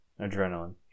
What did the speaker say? Adrenaline